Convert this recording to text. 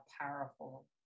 powerful